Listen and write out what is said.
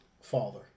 father